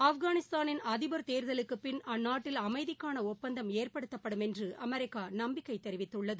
ஆப்கானிஸ்தானின் அதிபர் தேர்தலுக்குப் பின் ஒப்பந்தம் அந்நாட்டில் அமைதிக்கான ஏற்படுத்தப்படும் என்று அமெரிக்கா நம்பிக்கை தெரிவித்துள்ளது